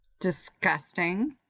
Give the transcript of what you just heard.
Disgusting